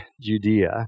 Judea